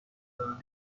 دارم